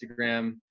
instagram